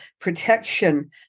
protection